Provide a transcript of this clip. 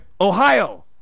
Ohio